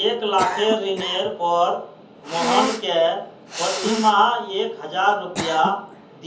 एक लाखेर ऋनेर पर मोहनके प्रति माह एक हजार रुपया